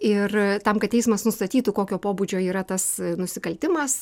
ir tam kad teismas nustatytų kokio pobūdžio yra tas nusikaltimas